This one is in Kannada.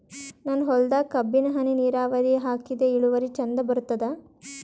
ನನ್ನ ಹೊಲದಾಗ ಕಬ್ಬಿಗಿ ಹನಿ ನಿರಾವರಿಹಾಕಿದೆ ಇಳುವರಿ ಚಂದ ಬರತ್ತಾದ?